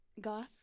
Goth